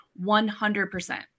100%